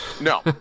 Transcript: No